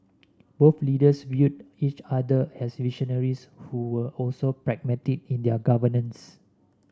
both leaders viewed each other as visionaries who were also pragmatic in their governance